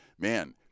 man